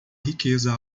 riqueza